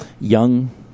young